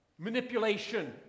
manipulation